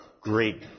great